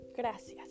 Gracias